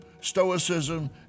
Stoicism